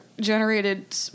generated